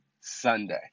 Sunday